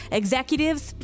executives